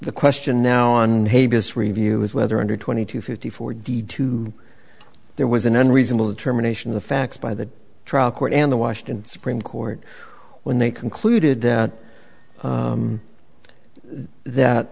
the question now on davis review is whether under twenty two fifty four d two there was an unreasonable determination the facts by the trial court and the washington supreme court when they concluded that that